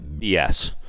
Yes